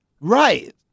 Right